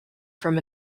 from